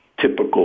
typical